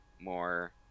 more